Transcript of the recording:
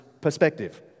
perspective